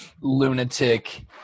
lunatic